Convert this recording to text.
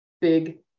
big